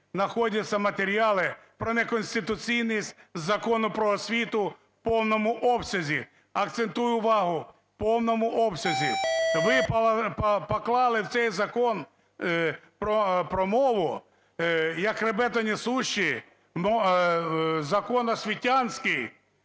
знаходяться матеріали про неконституційність Закону "Про освіту" в повному обсязі, акцентую увагу, в повному обсязі. Ви поклали в цей Закон про мову як хребетонесущий закон освітянський.